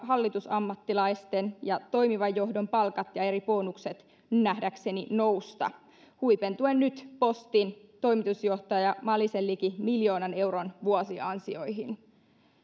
hallitusammattilaisten ja toimivan johdon palkat ja eri bonukset pikkuhiljaa nousta huipentuen nyt postin toimitusjohtaja malisen liki miljoonan euron vuosiansioihin